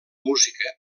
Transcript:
música